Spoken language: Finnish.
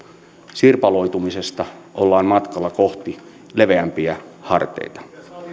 sirpaloitumisesta ollaan matkalla kohti leveämpiä harteita